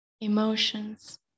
emotions